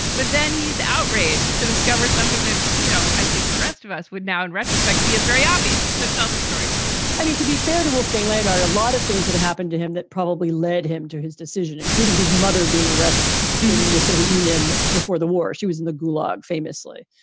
but then he is outraged to discover something that, you know, i think the rest of us would now, in retrospect, see, it's very obvious to so tell the story i mean, to be fair to wolfgang laid out a lot of things that happened to him that probably led him to his decision, including his mother being arrested in the soviet union before the war. she was in the gulag famously,